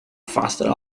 faster